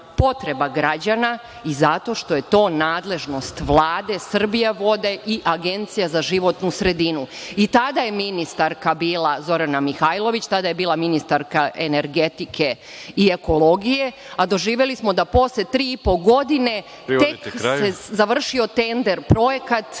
potreba građana i zato što je to nadležnost Vlade, „Srbijavode“ i Agencije za životnu sredinu. I tada je ministarka bila Zorana Mihajlović, tada je bila ministarka energetike i ekologije, a doživeli smo da posle tri i po godine tek se završio tender projekat